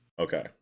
okay